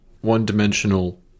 one-dimensional